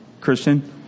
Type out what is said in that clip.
Christian